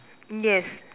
yes